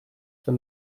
for